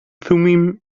thummim